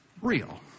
Real